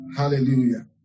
hallelujah